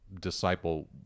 Disciple